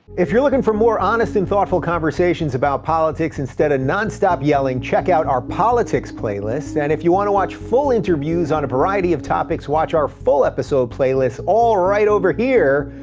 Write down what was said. if you're looking for more honest and thoughtful conversations about politics instead of non-stop yelling, check out our politics playlist and if you want to watch full interviews on a variety of topics, watch our full episode playlist, all right over here,